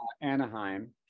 Anaheim